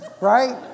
Right